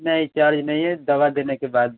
नहीं चार्ज नहीं है दवा देने के बाद